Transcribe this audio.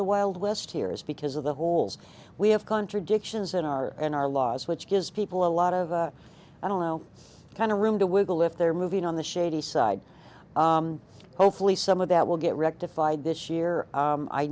the wild west here is because of the holes we have contradictions in our and our laws which gives people a lot of i don't know kind of room to wiggle if they're moving on the shady side hopefully some of that will get rectified this year